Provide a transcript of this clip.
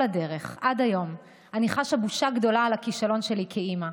הדרך עד היום אני חשה בושה גדולה על הכישלון שלי כאימא.